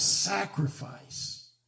sacrifice